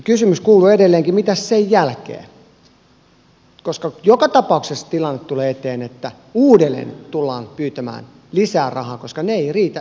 kysymys kuuluu edelleenkin mitäs sen jälkeen koska joka tapauksessa tulee eteen tilanne että uudelleen tullaan pyytämään lisää rahaa koska ne eivät riitä yhtään mihinkään